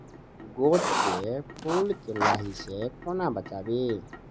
गोट केँ फुल केँ लाही सऽ कोना बचाबी?